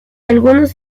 algunos